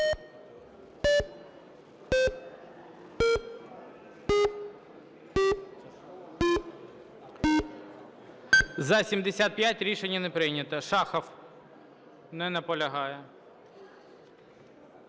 За-75 Рішення не прийнято. Шахов. Не наполягає.